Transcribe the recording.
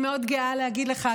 אני מאוד גאה להגיד לך,